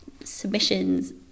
submissions